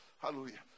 hallelujah